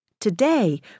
Today